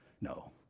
no